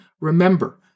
Remember